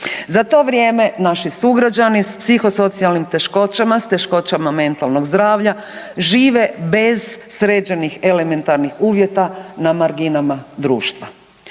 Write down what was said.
Za to vrijeme naši sugrađani s psihosocijalnim teškoćama, s teškoćama mentalnog zdravlja žive bez sređenih elementarnih uvjeta na marginama društva.